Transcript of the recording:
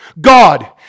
God